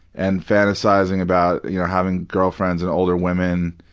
and fantasizing about you know having girlfriends and older women.